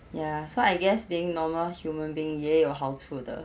ya so I guess being normal human being 也有好处的